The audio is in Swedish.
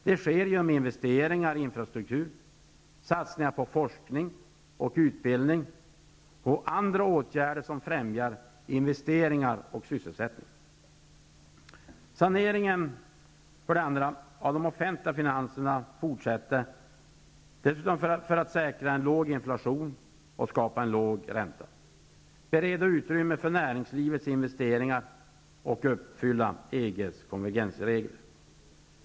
Det uppnås genom investeringar i infrastruktur, satsningar på forskning och utbildning och andra åtgärder som främjar investeringar och sysselsättning. För det andra: En sanering av de offentliga finanserna för att säkra en låg inflation och skapa en låg ränta, bereda utrymme för näringslivets investeringar och uppfylla EG:s konvergensregler.